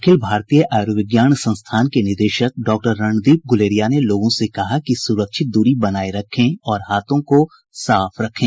अखिल भारतीय आयुर्विज्ञान संस्थान के निदेशक डॉ रणदीप गुलेरिया ने लोगों से कहा कि सुरक्षित दूरी बनाए रखें और हाथों को साफ रखें